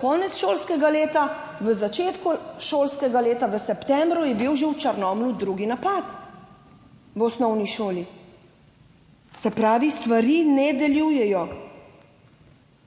konec šolskega leta, v začetku šolskega leta, v septembru je bil že v Črnomlju drugi napad v osnovni šoli. Se pravi, stvari ne delujejo.